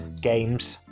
games